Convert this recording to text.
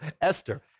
Esther